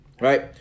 right